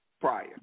prior